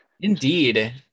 Indeed